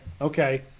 okay